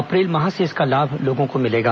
अप्रैल माह से इसका लाभ लोगों को मिलेगा